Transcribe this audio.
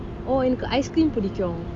oh என்னக்கு:ennaku ice cream பிடிக்கும்:pidikum